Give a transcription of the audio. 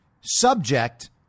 subject